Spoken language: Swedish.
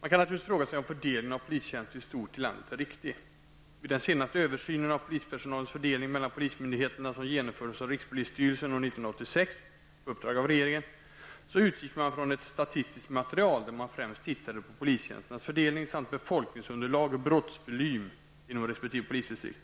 Man kan naturligtivs fråga sig om fördelningen av polistjänster i stort i landet är riktig. Vid den senaste översynen av polispersonalens fördelning mellan polismyndigheterna, som genomfördes av rikspolisstyrelsen år 1986 på uppdrag av regeringen, utgick man från ett statistiskt material, där man främst tittade på polistjänsternas fördelning samt befolkningsunderlag och brottsvolym inom resp. polisdistrikt.